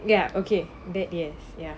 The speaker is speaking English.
ya okay that yes ya